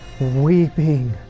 weeping